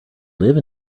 live